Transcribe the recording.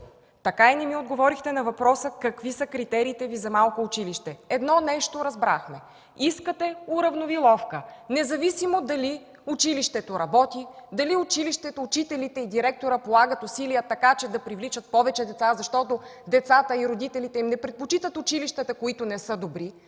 Така и не ми отговорихте на въпроса какви са критериите Ви за малко училище. Едно нещо разбрахме – искате уравниловка, независимо дали училището работи, дали училището, учителите и директорът полагат усилия, за да привличат повече деца, защото децата и родителите им не предпочитат училищата, които не са добри.